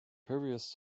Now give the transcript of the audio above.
previous